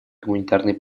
гуманитарной